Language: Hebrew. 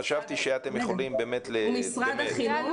חשבתי שאתם יכולים ----- הוא משרד החינוך.